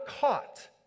caught